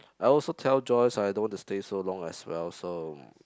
I also tell Joyce I don't want to stay so long as well so